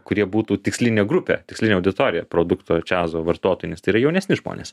kurie būtų tikslinė grupė tikslinė auditorija produkto čiazo vartotojai nes tai yra jaunesni žmonės